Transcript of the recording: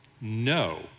No